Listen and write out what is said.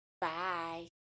bye